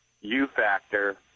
U-factor